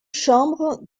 chambres